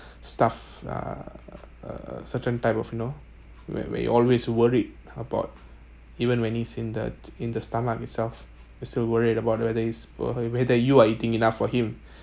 stuff uh err a certain type of you know where where you always worried about even when he's in the in the stomach itself you still worried about whether he’s or uh whether you are eating enough for him